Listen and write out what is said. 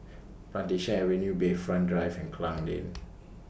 Plantation Avenue Bayfront Drive and Klang Lane